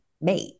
mate